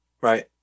Right